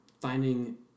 finding